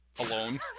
alone